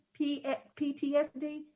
PTSD